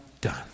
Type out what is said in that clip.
done